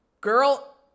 girl